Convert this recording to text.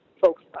folks